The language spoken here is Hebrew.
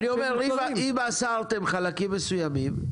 אני אומר, אם אסרתם חלקים מסוימים,